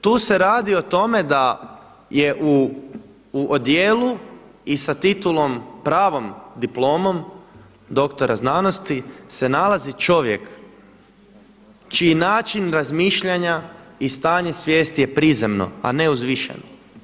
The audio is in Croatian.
Tu se radi o tome da je u odijelu i sa titulom pravom diplomom doktora znanosti se nalazi čovjek čiji način razmišljanja i stanje svijesti je prizemno, a ne uzvišeno.